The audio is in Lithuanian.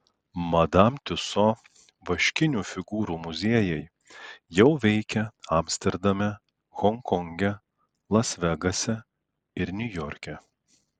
madam tiuso vaškinių figūrų muziejai jau veikia amsterdame honkonge las vegase ir niujorke